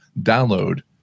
download